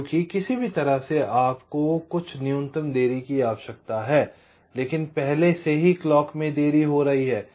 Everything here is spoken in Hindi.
क्योंकि किसी भी तरह से आपको कुछ न्यूनतम देरी की आवश्यकता है लेकिन पहले से ही क्लॉक में देरी हो रही है